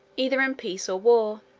either in peace or war